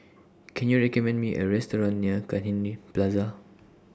Can YOU recommend Me A Restaurant near Cairnhill Plaza